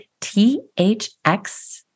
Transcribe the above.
THX